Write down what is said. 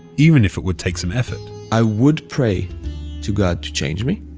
even if it would take some effort i would pray to god to change me,